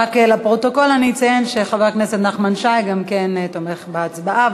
לפרוטוקול אני אציין שגם חבר הכנסת נחמן שי תומך בהצעה,